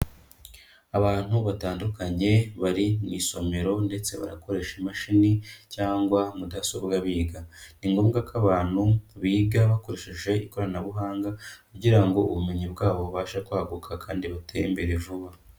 Abantu batandukanye bari mu isomero ndetse barakoresha imashini cyangwa mudasobwa biga, ni ngombwa ko abantu biga bakoresheje ikoranabuhanga, kugira ngo ubumenyi bwabo bubashe kwaguka kandi butere imbere vuba.